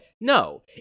No